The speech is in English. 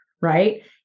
right